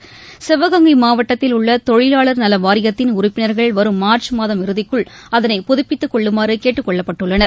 ஆட்சியர் சிவகங்கை மாவட்டத்தில் உள்ள தொழிலாளர் நல வாரியத்தின் உறுப்பினர்கள் வரும் மார்ச் மாதம் இறுதிக்குள் அதனை புதபித்துக் கொள்ளுமாறு கேட்டுக்கொள்ளப்பட்டுள்ளனர்